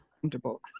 Comfortable